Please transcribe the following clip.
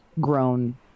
grown